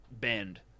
bend